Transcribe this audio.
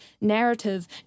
narrative